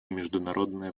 международная